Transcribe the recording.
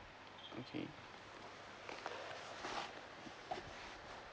okay